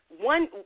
one